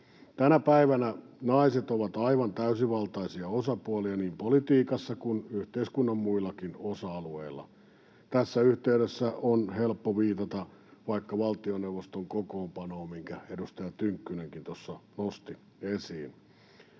Tänä päivänä naiset ovat aivan täysivaltaisia osapuolia niin politiikassa kuin yhteiskunnan muillakin osa-alueilla. Tässä yhteydessä on helppo viitata vaikka valtioneuvoston kokoonpanoon, minkä edustaja Tynkkynenkin tuossa nosti esiin.